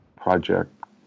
project